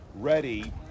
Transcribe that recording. ready